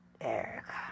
Erica